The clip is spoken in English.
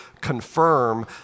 confirm